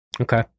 Okay